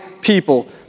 people